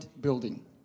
building